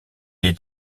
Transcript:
est